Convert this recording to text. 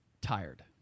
Tired